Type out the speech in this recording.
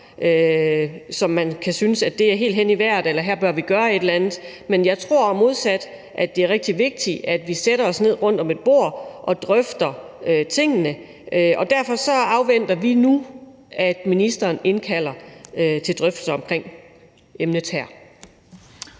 hvor man kan synes, at det er helt hen i vejret, eller at man dér bør gøre et eller andet, men jeg tror modsat, at det er rigtig vigtigt, at vi sætter os ned rundt om et bord og drøfter tingene. Derfor afventer vi nu, at ministeren indkalder til drøftelser af emnet her.